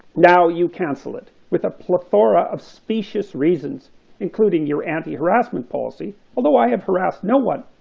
now you cancel it, with a plethora of specious reasons including your anti-harassment policy, although i have harassed no one,